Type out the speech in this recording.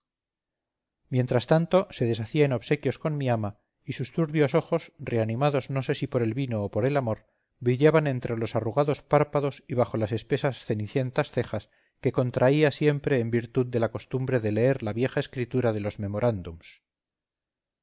mientras tanto se deshacía en obsequios con mi ama y sus turbios ojos reanimados no sé si por el vino o por el amor brillaban entre los arrugados párpados y bajo las espesas cenicientas cejas que contraía siempre en virtud de la costumbre de leer la vieja escritura de los memorandums